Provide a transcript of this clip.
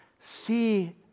see